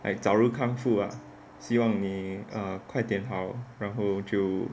like 早日康复 ah 希望你快点好然后就